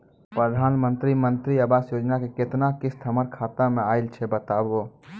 प्रधानमंत्री मंत्री आवास योजना के केतना किस्त हमर खाता मे आयल छै बताबू?